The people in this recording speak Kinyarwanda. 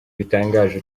bitangaje